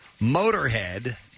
motorhead